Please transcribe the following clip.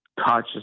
touch